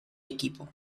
equipo